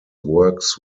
works